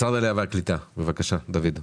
משרד העלייה והקליטה, בבקשה דוד.